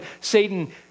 Satan